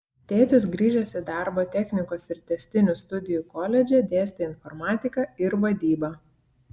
tėtis grįžęs į darbą technikos ir tęstinių studijų koledže dėstė informatiką ir vadybą